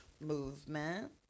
movement